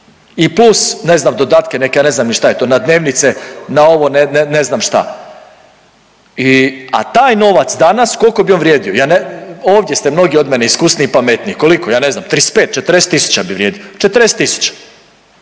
i plus, ne znam, dodatke neke, ja ne znam ni šta je to, na dnevnice, na ovo, ne znam šta. I, a taj novac danas, koliko bi on vrijedio? Ja ne, ovdje ste mnogi od mene iskusniji i pametniji, koliko? Ja ne znam, 35, 40 tisuća bi vrijedio. 40 tisuća.